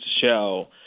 show